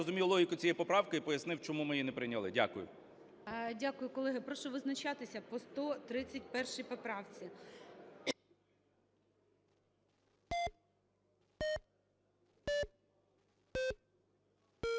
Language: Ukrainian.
розумію логіку цієї поправки і пояснив, чому ми її не прийняли. Дякую. ГОЛОВУЮЧИЙ. Дякую. Колеги, прошу визначатися по 131 поправці.